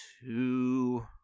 Two